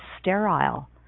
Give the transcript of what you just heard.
sterile